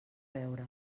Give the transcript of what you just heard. veure